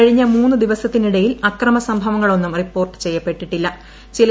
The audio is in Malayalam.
കഴിഞ്ഞ മൂന്ന് ദിവസത്തിനിടയിൽ അക്രമ സംഭവങ്ങളൊന്നും റിപ്പോർട്ട് ചെയ്യപ്പെട്ടിട്ടില്ല